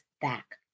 back